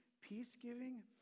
peace-giving